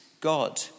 God